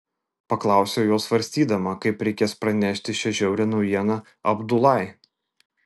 paklausiau jau svarstydama kaip reikės pranešti šią žiaurią naujieną abdulai